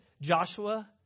Joshua